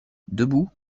debout